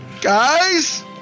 guys